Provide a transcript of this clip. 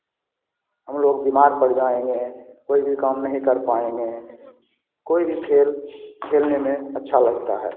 हम लोग बीमार पड़ जाएँगे कोई भी काम नहीं कर पाएँगे कोई भी खेल खेलने में अच्छा लगता है